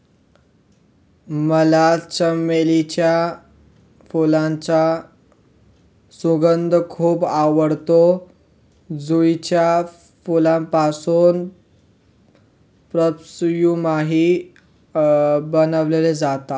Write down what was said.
मला चमेलीच्या फुलांचा सुगंध खूप आवडतो, जुईच्या फुलांपासून परफ्यूमही बनवले जातात